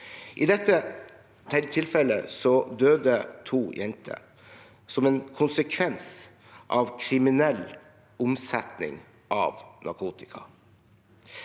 I dette tilfellet døde to jenter som en konsekvens av kriminell omsetning av narkotika.